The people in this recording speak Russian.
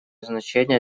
значение